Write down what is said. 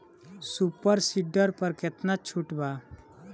Super seeder पर केतना छूट बा?